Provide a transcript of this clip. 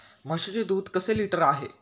म्हशीचे दूध कसे लिटर आहे?